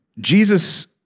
Jesus